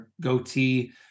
Goatee